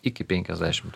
iki penkiasdešimt